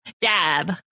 Dab